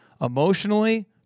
emotionally